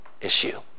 issue